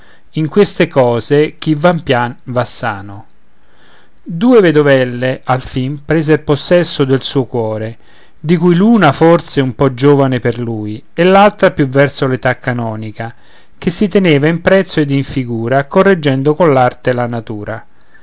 in queste cose chi va pian va sano due vedovelle alfin preser possesso del suo cuore di cui l'una forse un po giovane per lui e l'altra più verso l'età canonica che si teneva in prezzo ed in figura correggendo coll'arte la natura